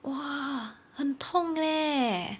!wah! 很痛 leh